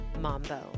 Mambo